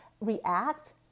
react